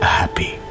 happy